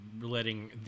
letting